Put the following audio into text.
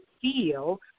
feel